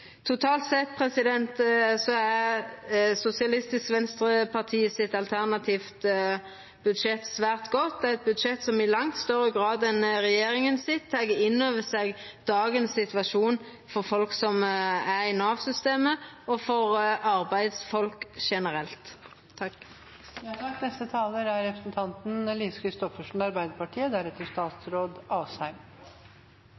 Totalt sett er Sosialistisk Venstrepartis alternative budsjett svært godt. Det er eit budsjett som i langt større grad enn budsjettet til regjeringa tek inn over seg dagens situasjon for folk som er i Nav-systemet, og for arbeidsfolk generelt.